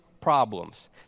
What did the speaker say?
problems